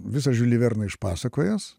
visą žiulį verną išpasakojęs